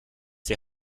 die